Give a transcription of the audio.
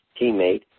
teammate